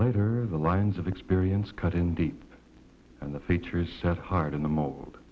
later the lines of experience cut in deep and the features set hard in the mold